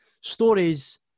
stories